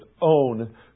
own